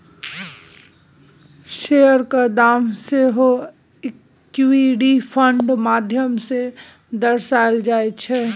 शेयरक दाम सेहो इक्विटी फंडक माध्यम सँ दर्शाओल जाइत छै